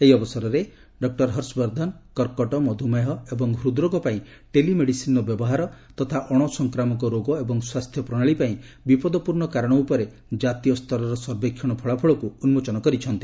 ଏହି ଅବସରରେ ଡଃ ହର୍ଷବର୍ଦ୍ଧନ କର୍କଟ ମଧୁମେହ ଏବଂ ହୃଦ୍ରୋଗ ପାଇଁ ଟେଲି ମେଡିସିନ୍ର ବ୍ୟବହାର ତଥା ଅଣ ସ୍କ୍ରାମକ ରୋଗ ଏବଂ ସ୍ୱାସ୍ଥ୍ୟ ପ୍ରଣାଳୀ ପାଇଁ ବିପଦପୂର୍ଣ୍ଣ କାରଣ ଉପରେ ଜାତୀୟସ୍ତରର ସର୍ବେକ୍ଷଣ ଫଳାଫଳକୁ ଉନ୍ମୋଚନ କରିଛନ୍ତି